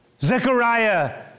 Zechariah